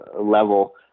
level